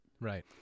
Right